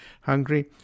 Hungary